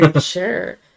sure